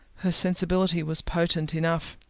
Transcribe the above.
her sensibility was potent enough!